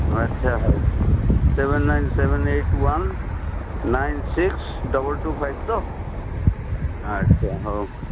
ଆଚ୍ଛା ହଉ seven nine seven eight one nine six double two five ତ ଆଚ୍ଛା ହଉ